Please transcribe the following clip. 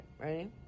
ready